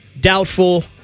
doubtful